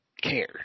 Care